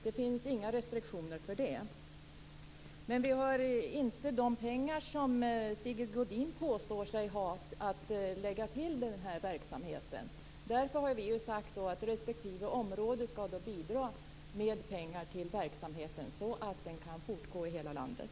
Det finns inga restriktioner för det. Men vi har inte de pengar som Sigge Godin påstår sig ha att lägga på den här verksamheten. Därför har vi sagt att respektive område skall bidra med pengar till verksamheten så att den kan fortgå i hela landet.